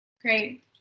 Great